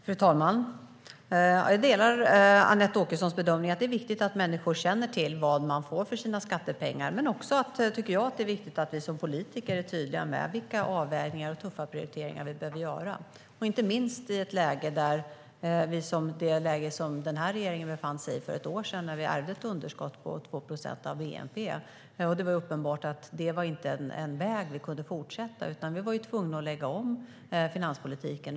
Fru talman! Jag delar Anette Åkessons bedömning att det är viktigt att människor känner till vad de får för sina skattepengar. Jag tycker också att det är viktigt att vi politiker är tydliga med vilka avvägningar och tuffa prioriteringar vi behöver göra, inte minst i det läge som den här regeringen befann sig i för ett år sedan när vi ärvde ett underskott på 2 procent av bnp. Det var uppenbart att det inte var en väg som vi kunde fortsätta på, utan vi var tvungna att lägga om finanspolitiken.